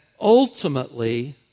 ultimately